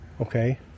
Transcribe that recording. Okay